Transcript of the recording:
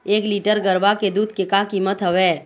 एक लीटर गरवा के दूध के का कीमत हवए?